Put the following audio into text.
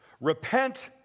Repent